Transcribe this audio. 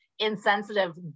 insensitive